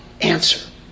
answer